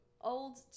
old